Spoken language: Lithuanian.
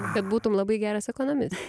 kad būtum labai geras ekonomistas